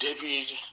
David